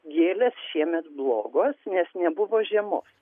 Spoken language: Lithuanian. gėlės šiemet blogos nes nebuvo žiemos